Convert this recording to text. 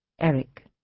Eric